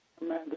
Amanda